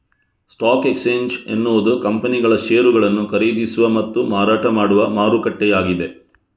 stock exchange ಎನ್ನುವುದು ಕಂಪನಿಗಳ ಷೇರುಗಳನ್ನು ಖರೀದಿಸುವ ಮತ್ತು ಮಾರಾಟ ಮಾಡುವ ಮಾರುಕಟ್ಟೆಯಾಗಿದೆ